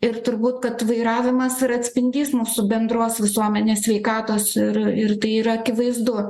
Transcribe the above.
ir turbūt kad vairavimas yra atspindys mūsų bendros visuomenės sveikatos ir ir tai yra akivaizdu